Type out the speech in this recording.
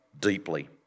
deeply